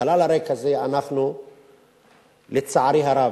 החלל הריק הזה, לצערי הרב,